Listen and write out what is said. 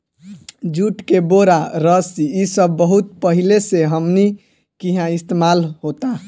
जुट के बोरा, रस्सी इ सब बहुत पहिले से हमनी किहा इस्तेमाल होता